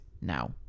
now